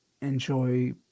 enjoy